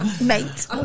Mate